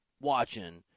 watching